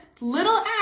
little